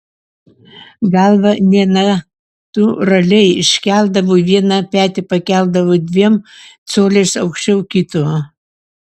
galvą nenatūraliai iškeldavo vieną petį pakeldavo dviem coliais aukščiau kito